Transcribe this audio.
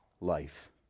life